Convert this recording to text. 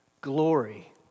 Glory